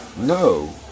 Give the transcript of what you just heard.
no